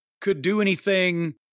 could-do-anything